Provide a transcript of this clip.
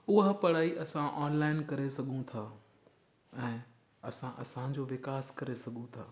उहा पढ़ाई असां ऑनलाइन करे सघूं था ऐं असां असांजो विकास करे सघूं था